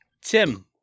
Tim